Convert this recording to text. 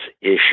issue